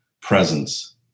presence